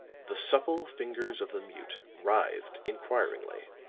the supple fingers of the mute writhed inquiringly.